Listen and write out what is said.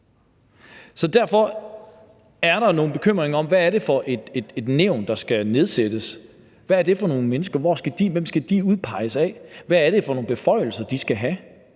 Derfor er der nogle bekymringer for, hvad det er for et nævn, der skal nedsættes. Hvad er det for nogle mennesker, hvem skal de udpeges af, hvad er det for nogle beføjelser, de skal have?